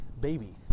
baby